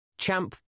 Champ